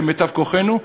כמיטב כוחנו,